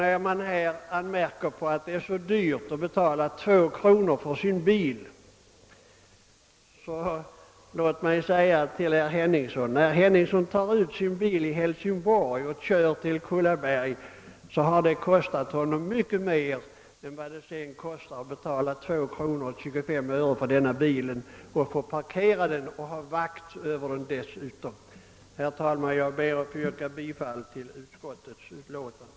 När man här anmärker att det är dyrt vill jag säga till herr Henningsson att när han tar ut sin bil i Hälsingborg och kör till Kullaberg har det kostat honom mycket mer än vad det sedan kostar att betala 2 kronor 25 före för att få parkera den inom ett bevakat område. Herr talman! Jag ber att få yrka bifall till utskottets förslag.